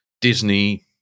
Disney